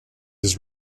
his